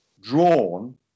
drawn